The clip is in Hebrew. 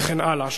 וכן הלאה.